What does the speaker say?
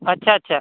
अच्छा अच्छा